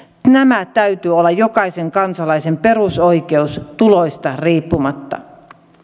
näiden täytyy olla jokaisen kansalaisen perusoikeus tuloista riippumatta